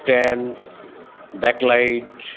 stand backlight